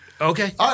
Okay